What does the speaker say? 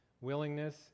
willingness